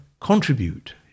contribute